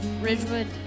Ridgewood